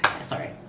Sorry